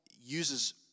uses